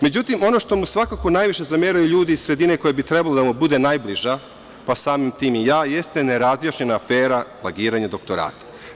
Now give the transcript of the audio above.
Međutim, ono što mu svakako najviše zameraju ljudi iz sredine koje bi trebalo da mu bude najbliža, pa samim tim i ja, jeste nerazjašnjena afera plagiranje doktorata.